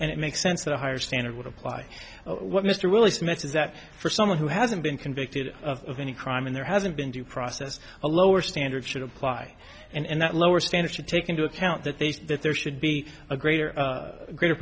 and it makes sense that a higher standard would apply what mr willie smith says that for someone who hasn't been convicted of any crime and there hasn't been due process a lower standard should apply and that lower standard should take into account that they say that there should be a greater greater